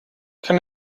kann